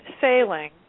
sailing